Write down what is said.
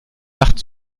macht